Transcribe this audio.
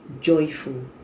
joyful